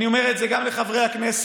אני אומר את זה גם לחברי הכנסת,